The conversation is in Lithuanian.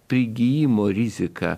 prigijimo rizika